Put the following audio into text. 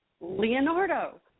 Leonardo